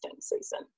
season